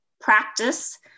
practice